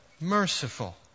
merciful